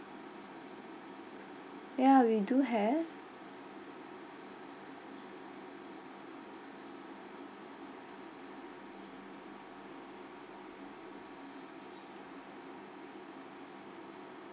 ya we do have